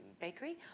bakery